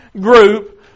group